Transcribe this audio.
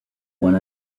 one